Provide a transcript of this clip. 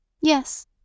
Yes